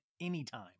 anytime